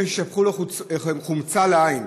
אחרי ששפכו לו חומצה בעין,